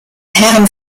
herren